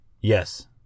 Yes